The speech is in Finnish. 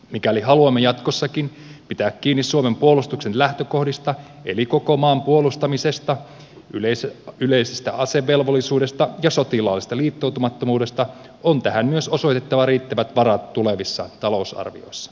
mikäli haluamme jatkossakin pitää kiinni suomen puolustuksen lähtökohdista eli koko maan puolustamisesta yleisestä asevelvollisuudesta ja sotilaallisesta liittoutumattomuudesta on tähän myös osoitettava riittävät varat tulevissa talousarvioissa